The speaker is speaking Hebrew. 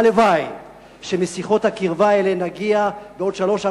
הלוואי שמשיחות הקרבה האלה נגיע בעוד שלוש,